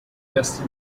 west